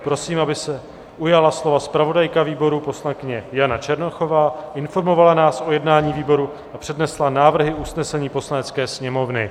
Prosím, aby se ujala slova zpravodajka výboru poslankyně Jana Černochová, informovala nás o jednání výboru a přednesla návrhy usnesení Poslanecké sněmovny.